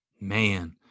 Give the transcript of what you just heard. man